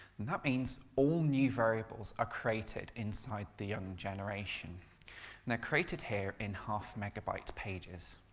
and that means all new variables are created inside the young generation, and they're created here in half-megabyte pages.